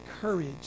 courage